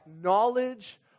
knowledge